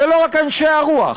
זה לא רק אנשי הרוח,